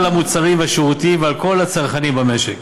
המוצרים והשירותים ועל כל הצרכנים במשק.